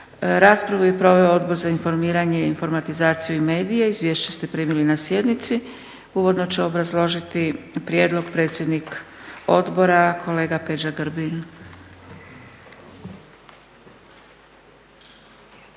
Raspravu je proveo Odbor za informiranje, informatizaciju i medije. Izvješće ste primili na sjednici. Uvodno će obrazložiti prijedlog predsjednik odbora, kolega Peđa Grbin.